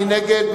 מי נגד?